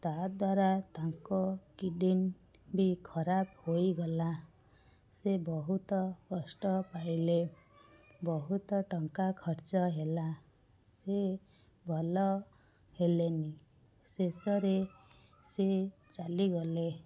ତା'ଦ୍ୱାରା ତାଙ୍କ କିଡ଼ନୀ ବି ଖରାପ ହୋଇଗଲା ସେ ବହୁତ କଷ୍ଟ ପାଇଲେ ବହୁତ ଟଙ୍କା ଖର୍ଚ୍ଚ ହେଲା ସିଏ ଭଲ ହେଲେନି ଶେଷରେ ସେ ଚାଲିଗଲେ